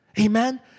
Amen